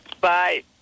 Bye